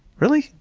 really?